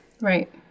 Right